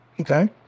Okay